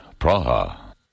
Praha